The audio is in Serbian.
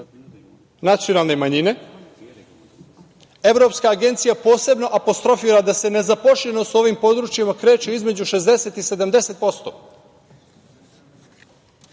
nacionalne manjine. Evropska agencija posebno apostrofira da se nezaposlenost u ovim područjima kreće između 60 i 70%.